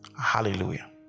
Hallelujah